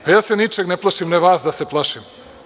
Pa, ja se ničega ne plašim, a ne vas da se plašim.